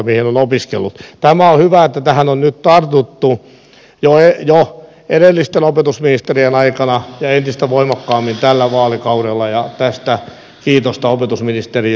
tämä on hyvä että tähän on nyt tartuttu jo edellisten opetusministerien aikana ja entistä voimakkaammin tällä vaalikaudella ja tästä kiitosta opetusministeriön suuntaan